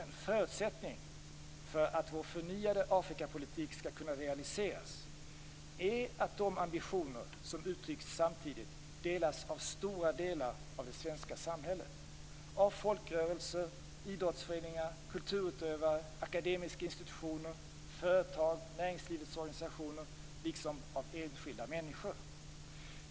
En förutsättning för att vår förnyade Afrikapolitik skall kunna realiseras är att de ambitioner som uttrycks samtidigt delas av stora delar av det svenska samhället: av folkrörelser, idrottsföreningar, kulturutövare, akademiska institutioner, företag och näringslivets organisationer, liksom av enskilda människor.